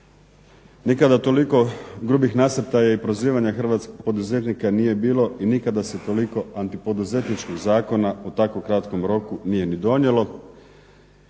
Nikada toliko grubih nasrtaja i prozivanja hrvatskog poduzetnika nije bilo i nikada se toliko antipoduzetničkih zakona u tako kratkom roku nije ni donijelo.